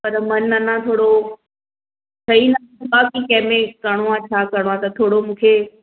पर मनु अञा थोरो सही की कंहिंमें करिणो आहे छा करिणो आहे त थोरो मूंखे